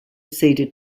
cedar